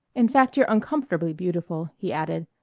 in fact you're uncomfortably beautiful, he added.